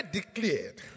declared